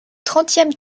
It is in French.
trentième